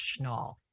Schnall